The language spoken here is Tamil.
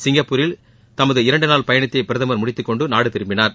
சிங்கப்பூரில் தமது இரண்டு நாள் பயணத்தை பிரதமர் முடித்துக்கொண்டு நாடு திரும்பினார்